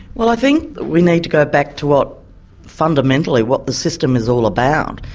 well i think we need to go back to what fundamentally what the system is all about.